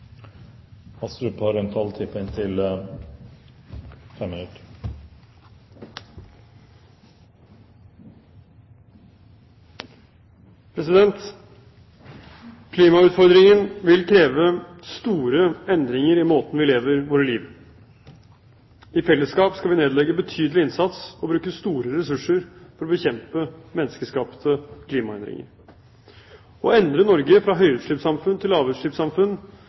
Klimautfordringen vil kreve store endringer i måten vi lever våre liv på. I fellesskap skal vi nedlegge betydelig innsats og bruke store ressurser for å bekjempe menneskeskapte klimaendringer. Å endre Norge fra høyutslippssamfunn til lavutslippssamfunn